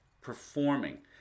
performing